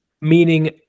meaning